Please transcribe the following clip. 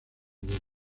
niños